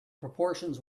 proportions